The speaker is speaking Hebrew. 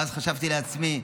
ואז חשבתי לעצמי: